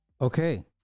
Okay